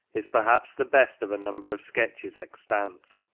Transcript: is perhaps the best of a number of sketches extant.